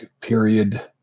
period